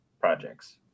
projects